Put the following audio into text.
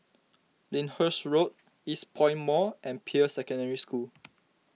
Lyndhurst Road Eastpoint Mall and Peirce Secondary School